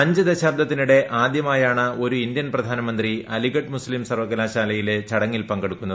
അഞ്ച് ദശാബ്ദത്തിനിടെ ആദ്യമായാണ് ഒരു ഇന്ത്യൻ പ്രധാനമന്ത്രിക്ക് അലിഗഡ് മുസ്ലീം സർവകലാശാലയിലെ ചടങ്ങിൽ പക്കെട്ടുക്കുന്നത്